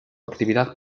actividad